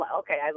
okay